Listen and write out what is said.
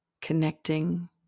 connecting